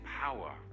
power